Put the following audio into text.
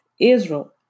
Israel